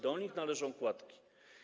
Do nich należą kładki.